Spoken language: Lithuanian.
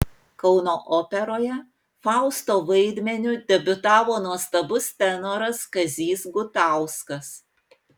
kauno operoje fausto vaidmeniu debiutavo nuostabus tenoras kazys gutauskas